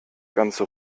ganze